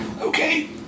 Okay